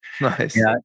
Nice